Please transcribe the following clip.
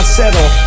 settle